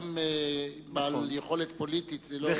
גם בעל יכולת פוליטית זה לא,